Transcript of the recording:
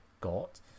got